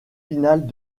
finales